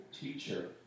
Teacher